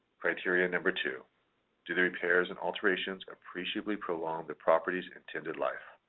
criteria number two do the repairs and alterations appreciably prolong the property's intended life?